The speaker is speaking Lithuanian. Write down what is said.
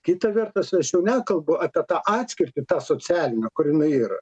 kita vertas aš jau nekalbu apie tą atskirtį tą socialinę kur jinai yra